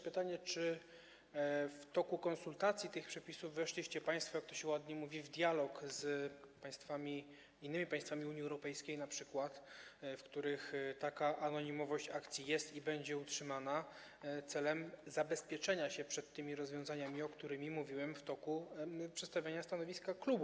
Pytanie: Czy w toku konsultacji tych przepisów weszliście państwo, jak to się ładnie mówi, w dialog z innymi państwami Unii Europejskiej, np. w których taka anonimowość akcji jest i będzie utrzymana, celem zabezpieczenia się przed tymi rozwiązaniami, o których mówiłem w toku przedstawiania stanowiska klubu?